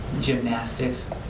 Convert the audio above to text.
gymnastics